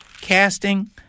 casting